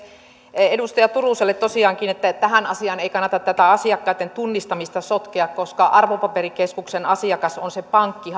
edustaja turuselle tosiaankin tähän asiaan ei kannata tätä asiakkaitten tunnistamista sotkea koska arvopaperikeskuksen asiakas on hallintarekisteröintimallissa se pankki